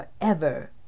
forever